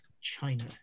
china